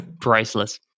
Priceless